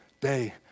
day